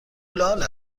لال